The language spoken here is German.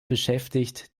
beschäftigt